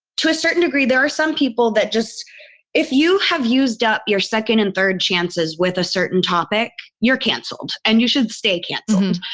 to a certain degree, there are some people that just if you have used up your second and third chances with a certain topic, you're canceled and you should stay canceled. and